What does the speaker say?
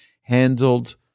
handled